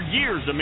years